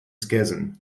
schism